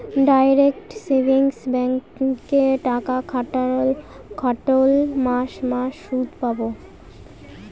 direct savings ব্যাঙ্কে টাকা খাটোল মাস মাস সুদ পাবো